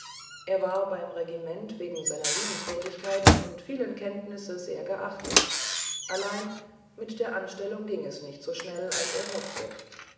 er war beim regimente wegen seiner liebenswürdigkeit und vielen kenntnisse sehr geachtet allein mit der anstellung ging es nicht so schnell als er hoffte